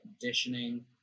conditioning